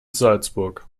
salzburg